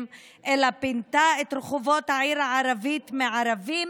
אלא פינתה את רחובות העיר הערבית מערבים